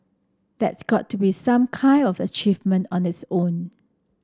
that's got to be some kind of achievement on this own